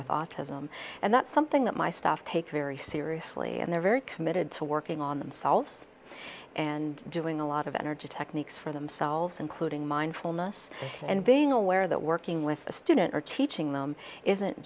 with autism and that's something that my staff take very seriously and they're very committed to working on themselves and doing a lot of energy techniques for themselves including mindfulness and being aware that working with a student or teaching them isn't